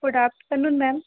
good afternoon ma'am